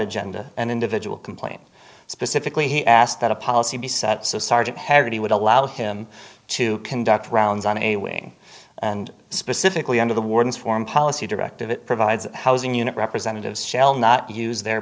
agenda an individual complaint specifically he asked that a policy be set so sergeant harry would allow him to conduct rounds on a wing and specifically under the warden's foreign policy directive it provides housing unit representatives shall not use their